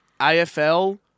AFL